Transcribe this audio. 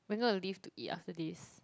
we're going to leave to eat after this